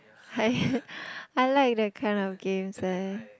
I I like that kind of games where